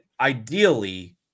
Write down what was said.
ideally